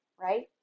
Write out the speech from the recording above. right